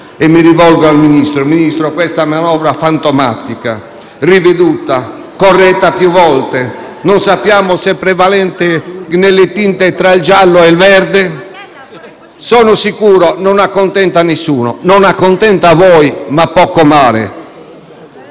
mi rivolgo al Ministro. Questa manovra fantomatica, riveduta, corretta più volte e non sappiamo se prevalente nelle tinte tra il giallo e il verde sono sicuro che non accontenterà nessuno. Non accontenta voi - ma poco male